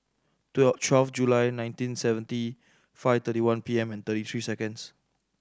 twelve July nineteen seventy five thirty one P M and thirty three seconds